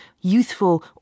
youthful